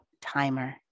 timer